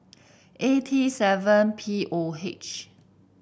A T seven P O H